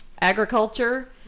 agriculture